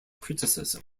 criticism